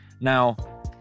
Now